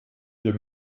wir